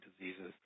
diseases